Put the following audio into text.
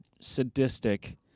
sadistic